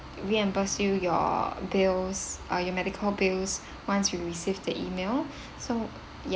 reimburse you your bills uh your medical bills once we receive the E-mail so ya